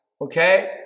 okay